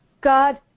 God